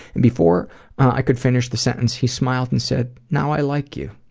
and before i could finish the sentence, he smiled and said, now i like you.